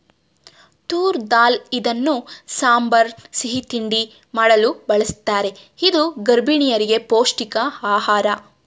ತೂರ್ ದಾಲ್ ಇದನ್ನು ಸಾಂಬಾರ್, ಸಿಹಿ ತಿಂಡಿ ಮಾಡಲು ಬಳ್ಸತ್ತರೆ ಇದು ಗರ್ಭಿಣಿಯರಿಗೆ ಪೌಷ್ಟಿಕ ಆಹಾರ